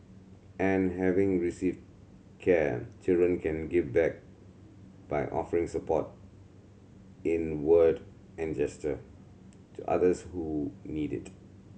and having received care children can give back by offering support in word and gesture to others who need it